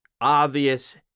obvious